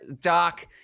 Doc